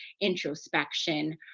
introspection